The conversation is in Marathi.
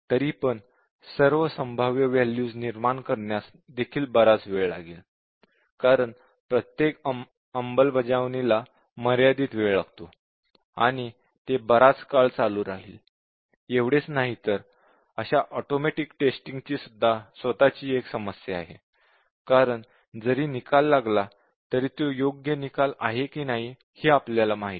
तरीपण सर्व संभाव्य वॅल्यूज निर्माण करण्यास देखील बराच वेळ लागेल कारण प्रत्येक अंमलबजावणीला मर्यादित वेळ लागतो आणि ते बराच काळ चालू राहील एवढेच नाही तर अशा ऑटोमॅटिक टेस्टिंग ची सुद्धा स्वतःची समस्या आहे कारण जरी निकाल लागला तर तो योग्य निकाल आहे की नाही हे आपल्याला माहित नाही